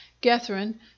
gethryn